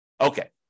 Okay